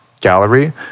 gallery